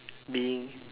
being